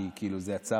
כי כאילו זה יצר,